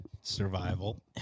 survival